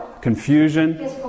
confusion